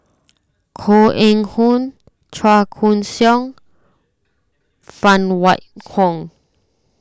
Koh Eng Hoon Chua Koon Siong Phan Wait Hong